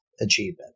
achievement